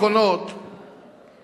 חבר הכנסת רותם.